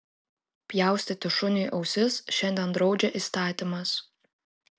pjaustyti šuniui ausis šiandien draudžia įstatymas